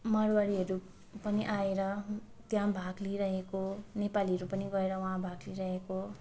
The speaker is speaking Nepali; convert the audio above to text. मरवाडीहरू पनि आएर त्यहाँ भाग लिइरहेको नेपालीहरू पनि गएर वहाँ भाग लिइरहेको